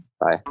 bye